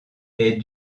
est